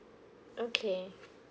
okay